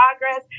progress